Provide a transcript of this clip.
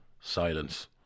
silence